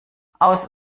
aus